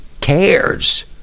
cares